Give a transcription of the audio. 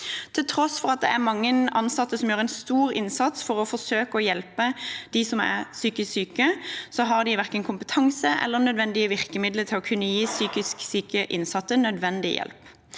Til tross for at mange ansatte gjør en stor innsats for å forsøke å hjelpe de psykisk syke, har de verken kompetansen eller de nødvendige virkemidlene til å kunne gi de psykisk syke innsatte nødvendig hjelp,